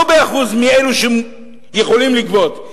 הוא לא מאלה שיכולים לגבות,